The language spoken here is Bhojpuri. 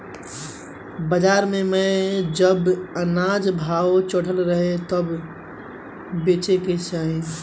बाजार में जब अनाज भाव चढ़ल रहे तबे बेचे के चाही